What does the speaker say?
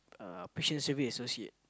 uh patient service associate